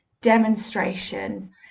demonstration